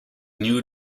new